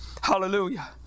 Hallelujah